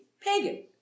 pagan